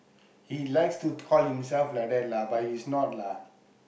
he likes to call himself like that lah but he's not lah